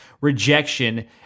rejection